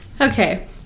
Okay